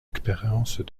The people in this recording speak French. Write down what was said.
expériences